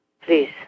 please